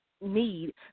need